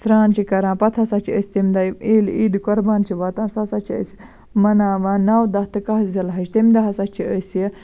سرٛان چھِکھ کران پَتہٕ ہسا چھِ أسۍ تَمہِ دۄہ ییٚلہِ عیٖدِ قربان چھِ واتان سُہ ہسا چھِ أسۍ مناوان نَو داہ تہٕ کَہہ ذِلحج تَمہِ دۄہ ہسا چھِ أسہِ